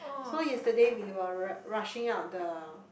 so yesterday we were r~ rushing out the